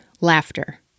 laughter